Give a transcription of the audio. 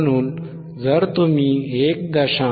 म्हणून जर तुम्ही 1